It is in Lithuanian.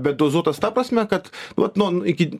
bet dozuotas ta prasme kad vat non iki